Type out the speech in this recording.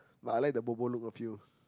but I like the bobo look of you